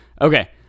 Okay